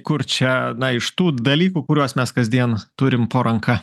kur čia na iš tų dalykų kuriuos mes kasdien turim po ranka